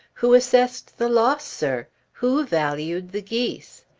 who assessed the loss, sir? who valued the geese?